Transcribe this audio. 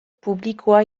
publikoa